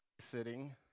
sitting